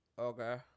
Okay